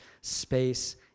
space